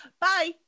Bye